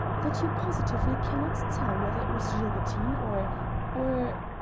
that you positively can not tell whether it was gilbertine or or